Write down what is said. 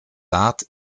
arts